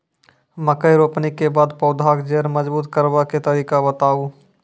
मकय रोपनी के बाद पौधाक जैर मजबूत करबा के तरीका बताऊ?